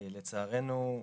לצערנו,